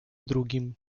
drugim